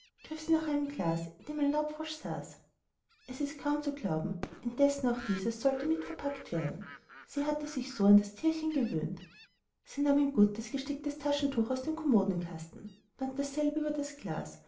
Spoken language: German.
nach einem glase in welchem ein laubfrosch saß es ist kaum zu glauben indessen auch dieses sollte mitverpackt werden sie hatte sich so an das tierchen gewöhnt sie nahm ein gutes gesticktes taschentuch aus dem kommodenkasten band dasselbe über das glas